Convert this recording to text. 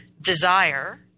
Desire